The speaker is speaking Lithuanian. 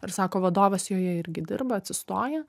ir sako vadovas joje irgi dirba atsistoja